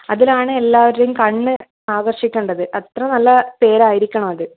അതിലാണ് എല്ലാവരുടേയും കണ്ണ് ആകർഷിക്കേണ്ടത് അത്ര നല്ല പേരായിരിക്കണം അത്